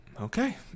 Okay